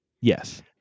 Yes